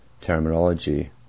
terminology